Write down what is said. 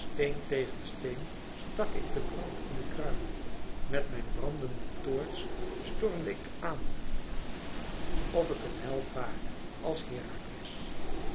steen tegen steen stak ik den brand in den kruin met mijn brandende toorts stormde ik aan of ik een held ware als herakles